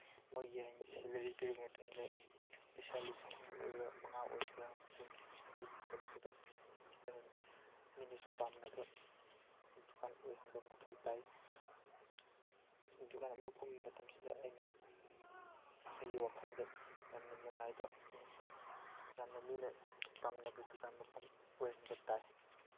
ꯃꯣꯏꯒꯤ ꯍꯌꯦꯡ ꯁꯦꯂꯔꯤ ꯄꯤꯔꯛꯄ ꯃꯇꯝꯗ ꯄꯩꯁꯥ ꯂꯤꯁꯤꯡ ꯑꯅꯤ ꯑꯣꯏꯔꯣ ꯃꯉꯥ ꯑꯣꯏꯒꯦꯔꯥ ꯑꯗꯨ ꯄꯤꯕ ꯃꯇꯝꯁꯤꯗ ꯑꯩꯅ ꯃꯤꯅꯁꯨ ꯄꯥꯝꯅꯕ ꯗꯨꯀꯥꯟ ꯑꯣꯏꯍꯟꯕ ꯃꯊꯧ ꯇꯥꯏ ꯗꯨꯀꯥꯟ ꯑꯃ ꯐꯝꯕ ꯃꯇꯝꯁꯤꯗ ꯑꯩꯅ ꯑꯩꯒꯤ ꯋꯥꯈꯟꯗ ꯌꯥꯝꯅ ꯅꯨꯡꯉꯥꯏꯕ ꯑꯃꯁꯨꯡ ꯌꯥꯝꯅ ꯃꯤꯅ ꯄꯥꯝꯅꯕ ꯗꯨꯀꯥꯟ ꯃꯐꯝ ꯑꯣꯏꯍꯟꯕ ꯇꯥꯏ